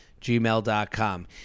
gmail.com